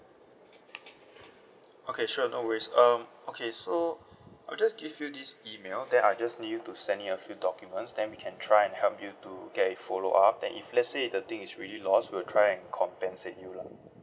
okay sure no worries um okay so I'll just give you this email then I'll just need you to send me a few documents then we can try and help you to get a follow up then if let's say the thing is really lost we will try and compensate you lah